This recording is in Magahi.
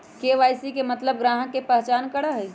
के.वाई.सी के मतलब ग्राहक का पहचान करहई?